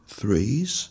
threes